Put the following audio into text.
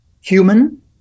human